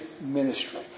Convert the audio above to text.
ministry